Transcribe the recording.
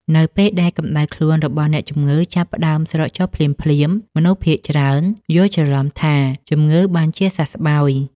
នៅពេលដែលកម្តៅខ្លួនរបស់អ្នកជំងឺចាប់ផ្តើមស្រកចុះភ្លាមៗ មនុស្សភាគច្រើនយល់ច្រឡំថាជំងឺបានជាសះស្បើយ។